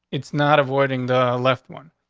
it's not avoiding the left one.